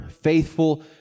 faithful